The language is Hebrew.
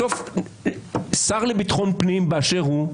בסוף השר לביטחון פנים באשר הוא,